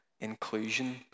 inclusion